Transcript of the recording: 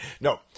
No